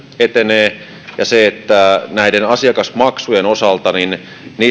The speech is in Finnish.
etenevät asiakasmaksujen osaltakin